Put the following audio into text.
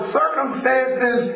circumstances